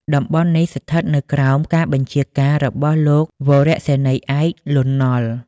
តំបន់នេះស្ថិតនៅក្រោមការបញ្ជាការរបស់លោកវរសេនីយ៍ឯក លន់ ណុល។